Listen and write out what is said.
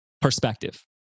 perspective